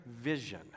vision